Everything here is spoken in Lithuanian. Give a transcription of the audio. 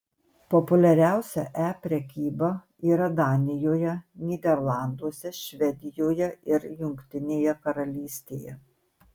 populiariausia e prekyba yra danijoje nyderlanduose švedijoje ir jungtinėje karalystėje